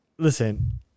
Listen